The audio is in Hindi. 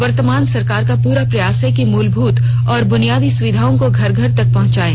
वर्तमान सरकार का पूरा प्रयास है कि मूलभूत और बुनियादी सुविधाओं को घर घर तक पहुंचाएं